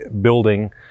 building